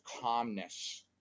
calmness